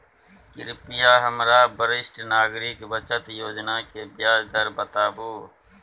कृपया हमरा वरिष्ठ नागरिक बचत योजना के ब्याज दर बताबू